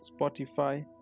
Spotify